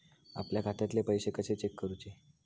आपल्या खात्यातले पैसे कशे चेक करुचे?